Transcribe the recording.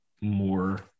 more